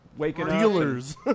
dealers